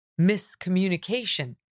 miscommunication